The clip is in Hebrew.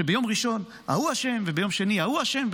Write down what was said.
כשביום ראשון ההוא אשם וביום שני ההוא אשם,